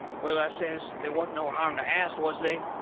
well, i says, they wasn't no harm to ast, was they?